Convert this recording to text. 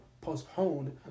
postponed